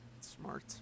smart